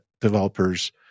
developers